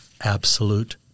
absolute